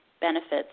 benefits